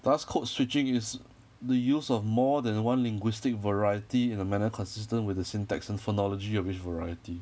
thus code switching is the use of more than one linguistic variety in a manner consistent with the syntax and phonology of each variety